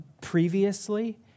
previously